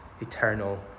eternal